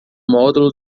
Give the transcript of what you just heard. módulo